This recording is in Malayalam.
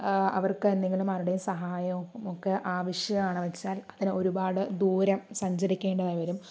അവർക്കെന്തെങ്കിലും ആരുടെയും സഹായവും ഒക്കെ ആവശ്യമാണ് വെച്ചാൽ അതിന് ഒരുപാട് ദൂരം സഞ്ചരിക്കേണ്ടതായി വരും